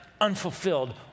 unfulfilled